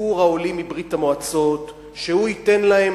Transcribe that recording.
לציבור העולים מברית-המועצות שהוא ייתן להם